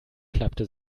klappte